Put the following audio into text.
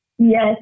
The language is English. Yes